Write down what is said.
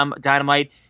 Dynamite